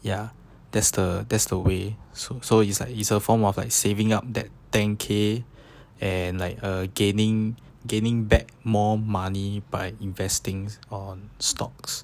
ya that's the that's the way so so it's like is a form of like saving up that ten K and like a gaining gaining back more money by investing on stocks